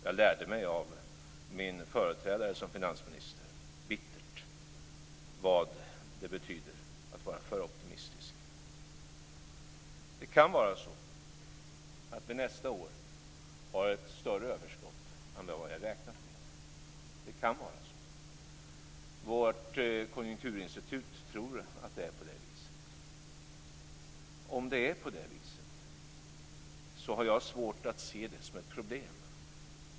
Jag lärde mig av min företrädare som finansminister bittert vad det betyder att vara för optimistisk. Det kan vara så att vi nästa år har ett större överskott än vad vi har räknat med. Vårt konjunkturinstitut tror att det är på det viset. Om det är så har jag svårt att se det som ett problem.